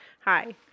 Hi